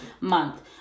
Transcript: Month